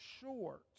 short